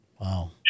Wow